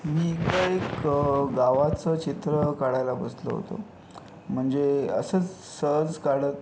मी एकदा एक गावाचं चित्र काढायला बसलो होतो म्हणजे असंच सहज काढत